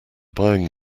buying